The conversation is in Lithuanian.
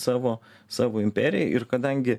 savo savo imperiją ir kadangi